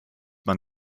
man